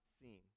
seen